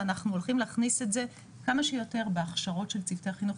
ואנחנו הולכים להכניס את זה כמה שיותר בהכשרות של צוותי החינוך,